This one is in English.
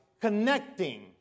connecting